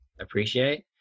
appreciate